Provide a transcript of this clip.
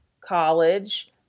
college